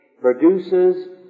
produces